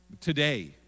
today